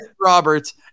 Roberts